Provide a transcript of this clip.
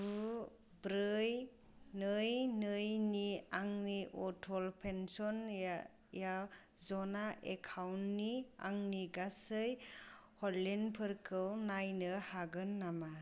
गु ब्रै नै नै नि आंनि अटल पेन्सन य'जना एकाउन्टनि आंनि गासै हल्डिंफोरखौ नायनो हागोन नामा